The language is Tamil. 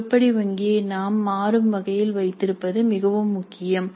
உருப்படி வங்கியை நாம் மாறும் வகையில் வைத்திருப்பது மிகவும் முக்கியம்